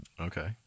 Okay